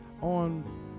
on